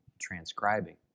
transcribing